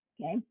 okay